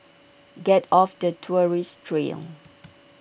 get off the tourist trail